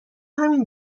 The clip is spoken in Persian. همین